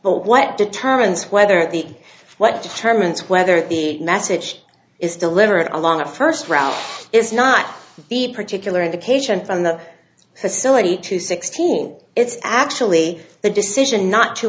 but what determines whether the what determines whether the message is delivered along a first round is not the particular indication from the facility to sixteen it's actually the decision not to